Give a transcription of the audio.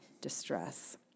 distress